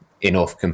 enough